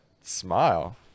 smile